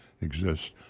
exists